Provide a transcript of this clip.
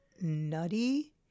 nutty